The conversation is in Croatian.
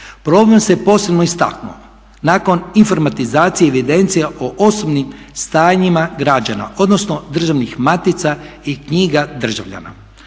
Problem se posebno istaknuo nakon informatizacija evidencije o osobnim stanjima građana, odnosno državnih matica i knjiga državljana.